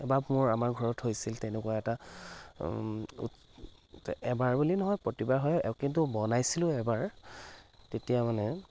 এবাৰ মোৰ আমাৰ ঘৰত হৈছিল তেনেকুৱা এটা এবাৰ বুলি নহয় প্ৰতিবাৰ হয় কিন্তু বনাইছিলোঁ এবাৰ তেতিয়া মানে